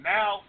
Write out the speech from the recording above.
Now